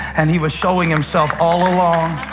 and he was showing himself all along.